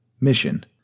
Mission